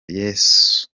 yesu